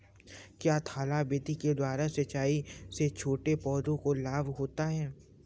क्या थाला विधि के द्वारा सिंचाई से छोटे पौधों को लाभ होता है?